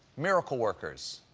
miracle workers.